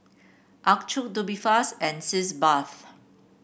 Accucheck Tubifast and Sitz Bath